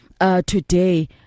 today